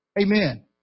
Amen